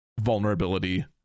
vulnerability